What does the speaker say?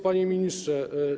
Panie Ministrze!